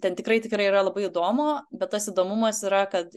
ten tikrai tikrai yra labai įdomu bet tas įdomumas yra kad